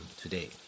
today